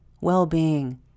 well-being